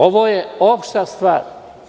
Ovo je opšta stvar.